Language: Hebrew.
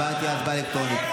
ההצבעה תהיה הצבעה אלקטרונית.